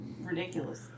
ridiculous